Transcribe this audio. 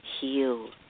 heal